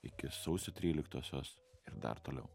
iki sausio tryliktosios ir dar toliau